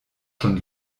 schon